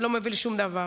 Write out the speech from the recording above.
זו נעמה